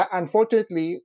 unfortunately